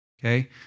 okay